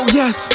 yes